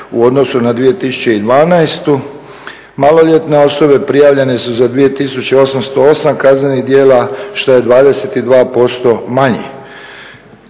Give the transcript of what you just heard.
u odnosu na 2012. Maloljetne osobe prijavljene su za 2808 kaznenih djela, što je 22% manje.